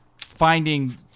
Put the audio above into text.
Finding